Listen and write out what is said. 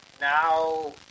now